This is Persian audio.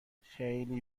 خیلی